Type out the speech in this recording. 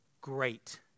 great